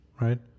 right